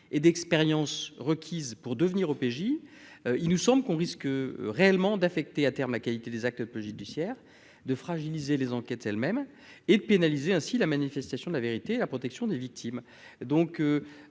et d'expérience requises pour devenir OPJ il nous sommes qu'on risque réellement d'affecter à terme la qualité des actes peu judiciaire de fragiliser les enquêtes même et de pénaliser ainsi la manifestation de la vérité, la protection des victimes, donc